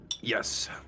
Yes